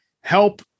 help